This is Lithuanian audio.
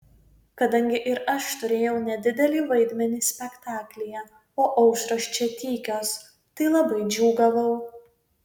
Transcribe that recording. kadangi ir aš turėjau nedidelį vaidmenį spektaklyje o aušros čia tykios tai labai džiūgavau